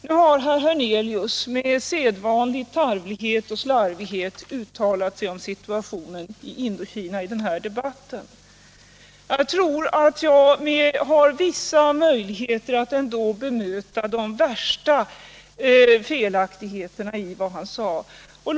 Nu har herr Hernelius med sedvanlig tarvlighet och slarvighet uttalat sig om situationen i Indokina i den här debatten. Jag tror att jag ändå har vissa möjligheter att bemöta de värsta felaktigheterna i vad han sade.